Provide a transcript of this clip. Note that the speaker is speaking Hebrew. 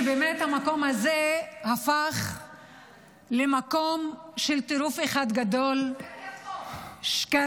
שבאמת המקום הפך למקום של טירוף אחד גדול: שקרים,